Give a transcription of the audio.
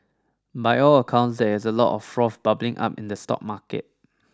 by all accounts there is a lot of froth bubbling up in the stock market